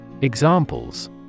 Examples